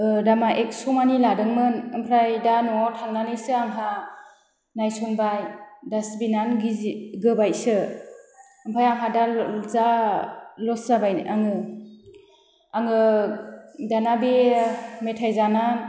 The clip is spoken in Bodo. दामा एक्स' मानि लादोंमोन ओमफ्राय दा न'आव थांनानैसो आंहा नायसनबाय डासबिनानो गिजि गोबायसो ओमफाय आंहा दा जा लस जाबाय आङो आङो दाना बे मेथाय जाना